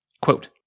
Quote